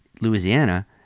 louisiana